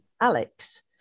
Alex